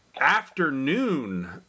afternoon